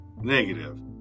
negative